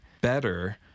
better